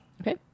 Okay